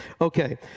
Okay